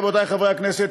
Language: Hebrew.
רבותי חברי הכנסת,